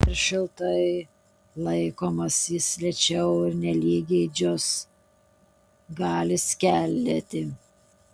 per šiltai laikomas jis lėčiau ir nelygiai džius gali skeldėti